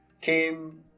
came